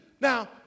Now